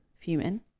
fuming